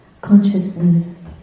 consciousness